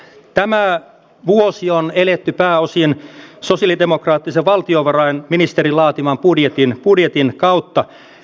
tämä vuosi on eletty pääosin sosialidemokraattisen valtiovarainministerin laatiman budjetin kautta